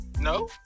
No